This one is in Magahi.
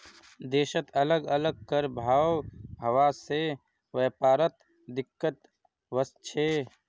देशत अलग अलग कर भाव हवा से व्यापारत दिक्कत वस्छे